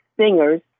singers